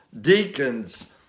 deacons